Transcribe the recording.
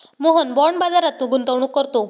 Mohan bond बाजारात गुंतवणूक करतो